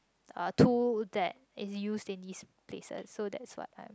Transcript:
uh tool that is used in these places so that's why I